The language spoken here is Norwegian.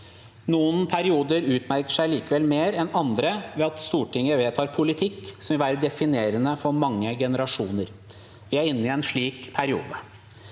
Noen perioder utmerker seg likevel mer enn andre, ved at Stortinget vedtar politikk som vil være definerende for mange generasjoner. Vi er inne i en slik periode.